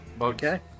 Okay